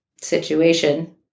situation